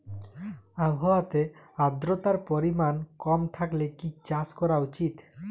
আবহাওয়াতে আদ্রতার পরিমাণ কম থাকলে কি চাষ করা উচিৎ?